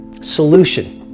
solution